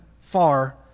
far